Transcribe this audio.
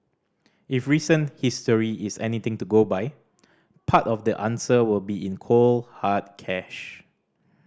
if recent history is anything to go by part of the answer will be in cold hard cash